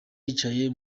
yicaye